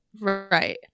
Right